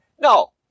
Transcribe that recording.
no